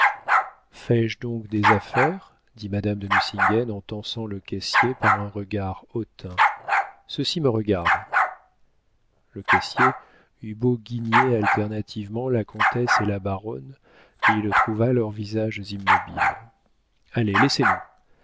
fais-je donc des affaires dit madame de nucingen en tançant le caissier par un regard hautain ceci me regarde le caissier eut beau guigner alternativement la comtesse et la baronne il trouva leurs visages immobiles allez laissez-nous